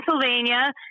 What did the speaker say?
Pennsylvania